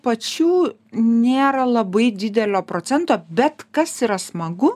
pačių nėra labai didelio procento bet kas yra smagu